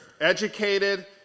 educated